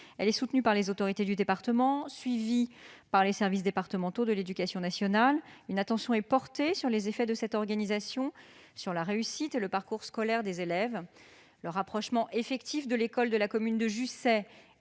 est soutenue par les autorités du département et suivie par les services départementaux de l'éducation nationale. Une attention est portée sur les effets de cette organisation sur la réussite et le parcours scolaires des élèves. Le rapprochement effectif de l'école de la commune de Jussey